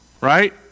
right